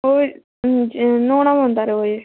ते न्हौना पौंदा रोज़